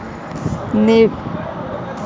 निवेश के उद्देश्य आर्थिक लाभ कमाएला होवऽ हई